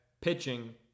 pitching